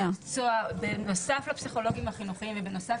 בנוסף לפסיכולוגים החינוכיים ובנוסף